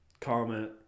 Comment